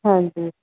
ਹਾਂਜੀ